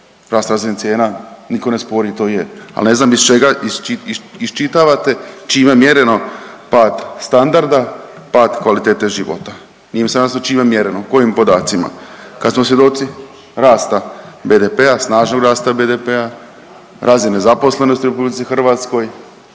Rast razine cijena niko ne spori to je, al ne znam iz čega iščitavate čime je mjereno pad standarda, pad kvalitete života, nije mi samo jasno čime je mjereno? Kojim podacima? Kad smo svjedoci rasta BDP-a, snažnog rasta BDP-a, razine zaposlenosti u RH, vize kao